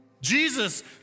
Jesus